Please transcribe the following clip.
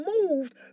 moved